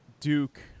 Duke